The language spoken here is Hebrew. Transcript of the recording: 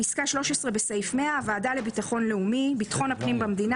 פסקה (13): הוועדה לביטחון לאומי ביטחון הפנים במדינה,